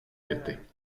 věty